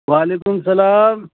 و علیکم سلام